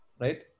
right